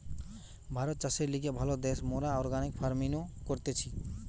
ভারত চাষের লিগে ভালো দ্যাশ, মোরা অর্গানিক ফার্মিনো করতেছি